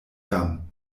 jam